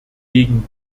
gegen